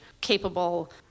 capable